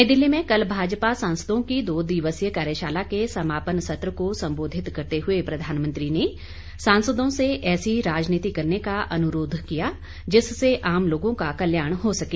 नई दिल्ली में कल भाजपा सांसदों की दो दिवसीय कार्यशाला के समापन सत्र को संबोधित करते हुए प्रधानमंत्री ने सांसदों से ऐसी राजनीति करने का अनुरोध किया जिससे आम लोगों का कल्याण हो सके